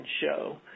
show